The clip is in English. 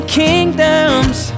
kingdoms